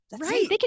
Right